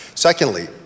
Secondly